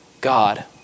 God